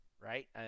right